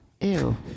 Ew